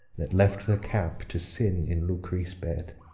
that left the camp to sin in lucrece' bed?